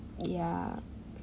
ya